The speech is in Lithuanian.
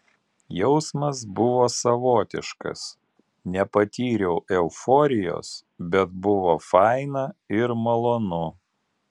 jausmas buvo savotiškas nepatyriau euforijos bet buvo faina ir malonu